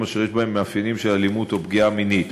אשר יש בהם מאפיינים של אלימות או פגיעה מינית.